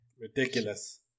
Ridiculous